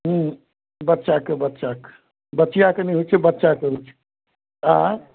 बच्चाके बच्चाके बचिआके नहि होइ छै बच्चाके होइ छै अँइ